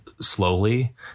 slowly